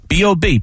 bob